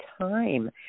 time